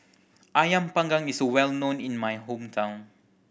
Ayam Panggang is well known in my hometown